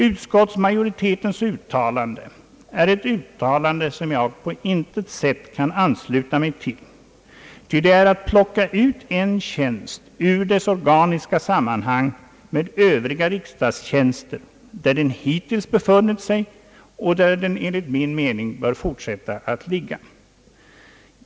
Utskottsmajoritetens uttalande kan jag på intet sätt ansluta mig till, ty det är att plocka ut en tjänst ur dess organiska sammanhang med övriga riksdagstjänster, där den hittills befunnit sig, och där den enligt min mening bör fortsätta att ligga.